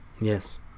Yes